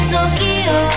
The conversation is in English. Tokyo